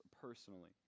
personally